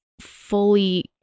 fully